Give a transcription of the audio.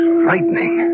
frightening